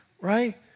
right